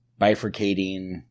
bifurcating